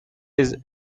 his